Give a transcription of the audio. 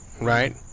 right